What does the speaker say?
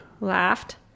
laughed